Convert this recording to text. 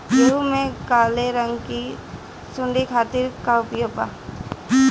गेहूँ में काले रंग की सूड़ी खातिर का उपाय बा?